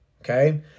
okay